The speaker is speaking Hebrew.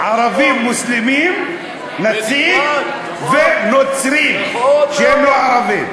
אז ערבים מוסלמים, נציג, ונוצרים, שהם לא ערבים.